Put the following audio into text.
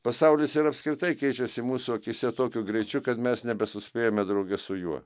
pasaulis ir apskritai keičiasi mūsų akyse tokiu greičiu kad mes nebesuspėjame drauge su juo